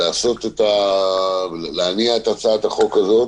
בהנעת הצעת החוק הזאת,